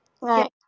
right